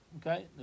Okay